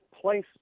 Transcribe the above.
place